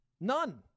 None